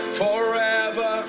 forever